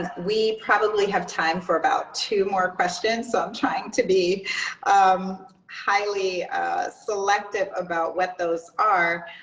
we probably have time for about two more questions. so i'm trying to be um highly selective about what those are.